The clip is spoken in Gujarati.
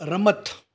રમત